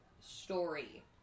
story